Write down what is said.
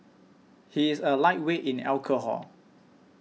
he is a lightweight in alcohol